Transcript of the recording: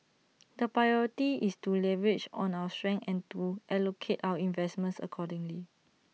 the priority is to leverage our strengths and to allocate our investments accordingly